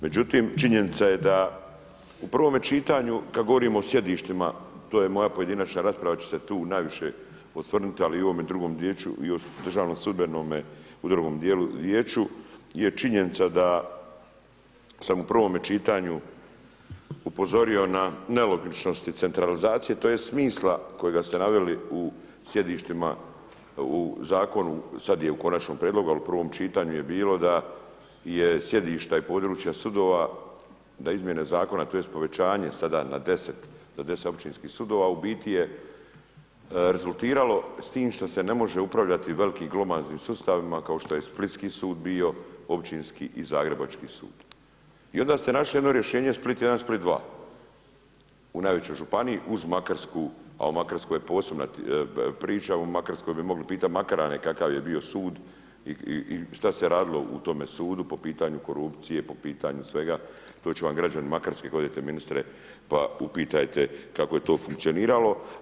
Međutim činjenica je da u prvome čitanju kad govorimo o sjedištima, moja pojedinačna rasprava će se tu najviše osvrnuti ali i o ovome drugom djelu, o DSV-u je činjenica da sam u prvome čitanju upozorio na nelogičnosti centralizacije tj. smisla kojega ste naveli u sjedištima, u zakonu, sad je u konačnom prijedlogu ali u prvom čitanju je bilo da je sjedišta i područja sudova, da izmjene zakona tj. povećanja sada na 10 općinskih sudova, u biti je rezultiralo s tim štos e ne može upravljati velikim glomaznim sustavima kao što je splitski sud bio, općinski i zagrebački sud, I onda ste našli jedno rješenje, Split I, Split II u najvećoj županiji uz Makarsku, a u Makarskoj je posebna priča, u makarskoj bi mogli pitati Makarane kakav je bio sud i šta se radilo u tome sudu po pitanju korupcije, po pitanju svega, to će vam građani Makarske ako odete ministre, pa upitajte kako je to funkcioniralo.